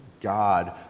God